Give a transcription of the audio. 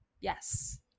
yes